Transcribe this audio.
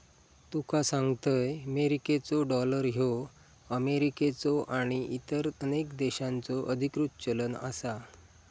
तुका सांगतंय, मेरिकेचो डॉलर ह्यो अमेरिकेचो आणि इतर अनेक देशांचो अधिकृत चलन आसा